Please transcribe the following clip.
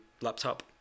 laptop